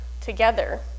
together